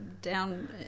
down